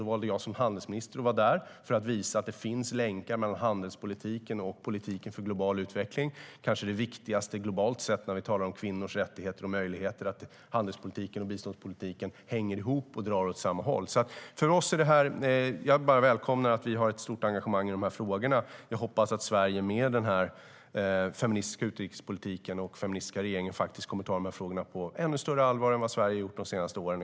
Då valde jag som handelsminister att vara där för att visa att det finns länkar mellan handelspolitiken och politiken för global utveckling. Det kanske viktigaste globalt sett när vi talar om kvinnors rättigheter och möjligheter är att handelspolitiken och biståndspolitiken hänger ihop och drar åt samma håll. Jag välkomnar att vi har ett starkt engagemang i de frågorna. Jag hoppas att Sverige är med i den feministiska utrikespolitiken. Den feministiska regeringen kommer att ta frågorna på ännu större allvar än vad Sverige gjort de senaste åren.